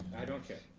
i don't chair,